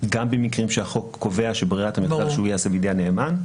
גם במקרים שהחוק קובע שברירת המחדל היא שהוא ייעשה בידי הנאמן,